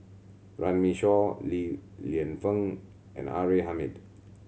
Runme Shaw Li Lienfung and R A Hamid